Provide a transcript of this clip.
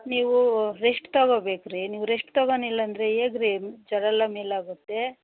ನೀವು ರೆಸ್ಟ್ ತಗೊಬೇಕುರಿ ನೀವು ರೆಸ್ಟ್ ತಗೊಳಿಲ್ಲ ಅಂದರೆ ಹೇಗ್ ರಿ ಜ್ವರ ಎಲ್ಲ ಮೇಲಾಗುತ್ತೆ